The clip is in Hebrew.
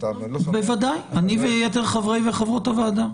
בוודאי, אני ויתר חברי וחברות הוועדה.